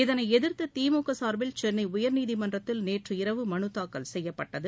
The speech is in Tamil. இதனை எதிர்த்து திமுக சார்பில் சென்னை உயர்நீதிமன்றத்தில் நேற்று இரவு மனு தாக்கல் செய்யப்பட்டது